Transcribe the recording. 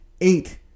eight